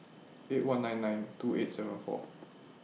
eight one nine nine two eight seven four